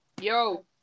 Yo